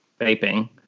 Vaping